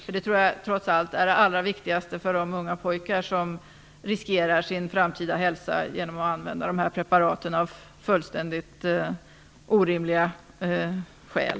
Jag tror att det trots allt är det allra viktigaste för de unga pojkar som riskerar sin framtida hälsa genom att använda dessa preparat av fullständigt orimliga skäl.